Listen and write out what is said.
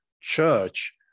Church